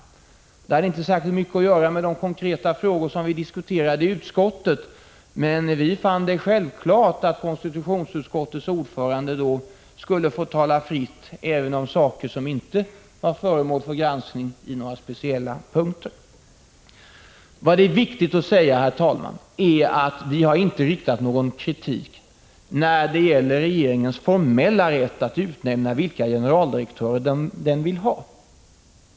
Detta hade inte särskilt mycket att göra med de konkreta frågor som vi diskuterade i utskottet, men vi fann det självklart att konstitutionsutskottets ordförande då skulle få tala fritt även om frågor som inte varit föremål för granskning på några speciella punkter. Det är viktigt att säga, herr talman, att vi inte har riktat någon kritik när det gäller regeringens formella rätt att utnämna vilka generaldirektörer den vill.